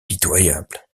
pitoyable